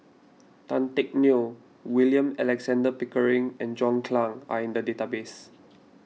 Tan Teck Neo William Alexander Pickering and John Clang are in the database